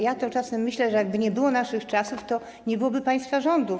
Ja to czasem myślę, że jakby nie było naszych czasów, to nie byłoby państwa rządów.